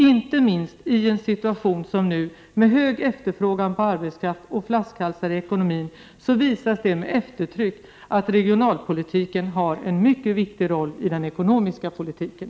Inte minst i en situation som den nuvarande, med hög efterfrågan på arbetskraft och med flaskhalsar i ekonomin, visas det med eftertryck att regionalpolitiken har en mycket viktig roll i den ekonomiska politiken.